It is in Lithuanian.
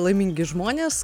laimingi žmonės